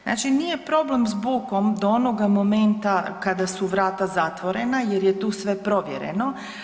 Znači nije problem s bukom do onoga momenta kada su vrata zatvorena jer je tu sve provjereno.